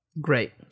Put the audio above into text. Great